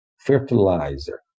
fertilizer